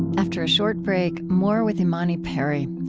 after a short break, more with imani perry.